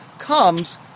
Comes